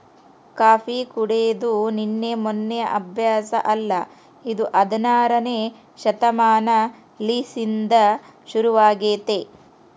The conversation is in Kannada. ಕಾಫಿ ಕುಡೆದು ನಿನ್ನೆ ಮೆನ್ನೆ ಅಭ್ಯಾಸ ಅಲ್ಲ ಇದು ಹದಿನಾರನೇ ಶತಮಾನಲಿಸಿಂದ ಶುರುವಾಗೆತೆ